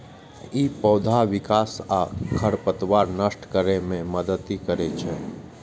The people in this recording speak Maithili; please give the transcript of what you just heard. ई पौधाक विकास आ खरपतवार नष्ट करै मे मदति करै छै